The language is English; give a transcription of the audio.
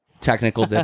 technical